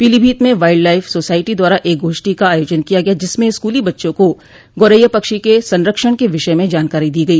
पीलीभीत में wildlife society द्वारा एक गोष्ठी का आयोजन किया गया जिसमें स्कूली बच्चों को गोरैया पक्षी के संरक्षण के विषय में जानकारी दी गई